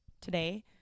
today